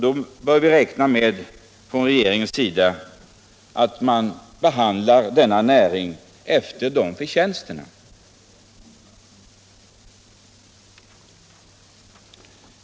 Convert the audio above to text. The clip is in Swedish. Då bör vi räkna med att regeringen kommer att behandla denna näring efter förtjänst.